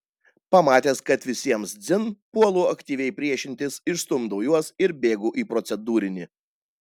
pamatęs kad visiems dzin puolu aktyviai priešintis išstumdau juos ir bėgu į procedūrinį